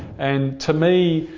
and to me,